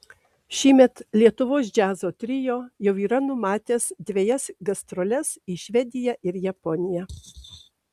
šįmet lietuvos džiazo trio jau yra numatęs dvejas gastroles į švediją ir japoniją